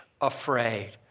afraid